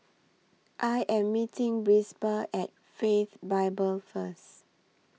I Am meeting At Faith Bible First